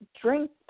drink